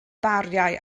bariau